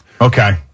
Okay